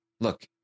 Look